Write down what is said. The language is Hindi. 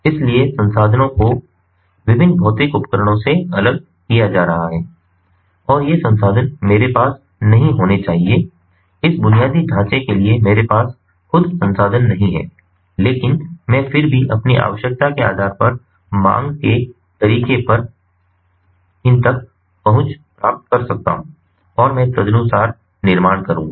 इसलिए संसाधनों को विभिन्न भौतिक उपकरणों से अलग किया जा रहा है और ये संसाधन मेरे पास नहीं होने चाहिए इस बुनियादी ढांचे के लिए मेरे पास खुद संसाधन नहीं है लेकिन मैं फिर भी अपनी आवश्यकता के आधार पर मांग के तरीके पर इन तक पहुंच प्राप्त कर सकता हूं और मैं तदनुसार निर्माण करूँगा